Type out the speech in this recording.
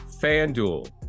FanDuel